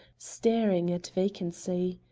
staring at vacancy.